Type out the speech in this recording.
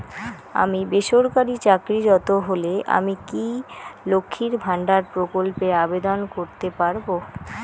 আমি বেসরকারি চাকরিরত হলে আমি কি লক্ষীর ভান্ডার প্রকল্পে আবেদন করতে পারব?